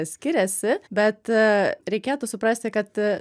skiriasi bet reikėtų suprasti kad